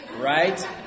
right